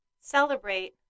celebrate